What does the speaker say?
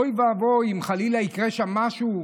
אוי ואבוי אם חלילה יקרה שם משהו.